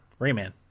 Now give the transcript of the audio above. Rayman